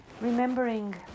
remembering